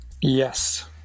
Yes